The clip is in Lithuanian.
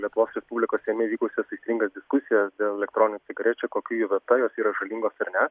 lietuvos respublikos seime įvykusias aistringas diskusijas dėl elektroninių cigarečių kokia jų vieta jos yra žalingos ar ne